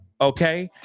okay